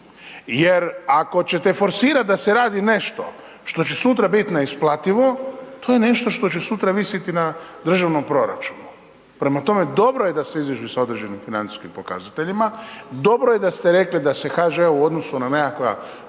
jer ako ćete forsirat da se radi nešto što će sutra bit neisplativo, to je nešto što će sutra visiti na državnom proračunu. Prema tome, dobro je da se izađu sa određenim financijskim pokazateljima, dobro je da ste rekli da se HŽ-u u odnosnu na nekakva